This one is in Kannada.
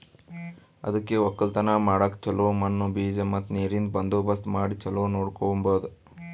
ಅದುಕೆ ಒಕ್ಕಲತನ ಮಾಡಾಗ್ ಚೊಲೋ ಮಣ್ಣು, ಬೀಜ ಮತ್ತ ನೀರಿಂದ್ ಬಂದೋಬಸ್ತ್ ಮಾಡಿ ಚೊಲೋ ನೋಡ್ಕೋಮದ್